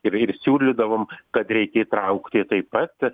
ir ir siūlydavom kad reikia įtraukti taip pat